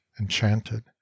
enchanted